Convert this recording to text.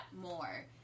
more